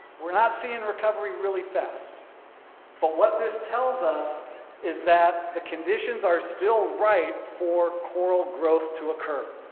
we're not seeing recovery really fast but what this tells us is that the conditions are still right for coral growth to occur.